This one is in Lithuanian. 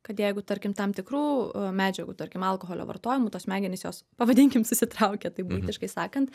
kad jeigu tarkim tam tikrų medžiagų tarkim alkoholio vartojimu tos smegenys jos pavadinkim susitraukia taip buitiškai sakant